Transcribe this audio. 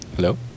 Hello